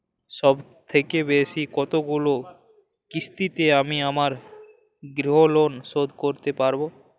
সবথেকে বেশী কতগুলো কিস্তিতে আমি আমার গৃহলোন শোধ দিতে পারব?